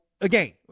again